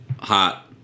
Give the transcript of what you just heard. hot